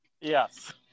yes